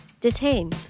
Detain